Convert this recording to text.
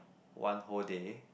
one whole day